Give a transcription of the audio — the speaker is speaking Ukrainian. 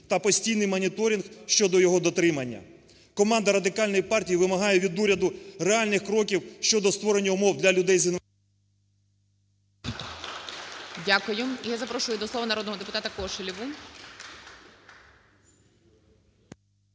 та постійний моніторинг щодо його дотримання. Команда Радикальної партії вимагає від уряду реальних кроків щодо створення умов для людей з… ГОЛОВУЮЧИЙ.